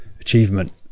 achievement